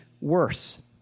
worse